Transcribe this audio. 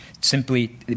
simply